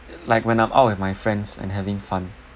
like when I'm out with my friends and having fun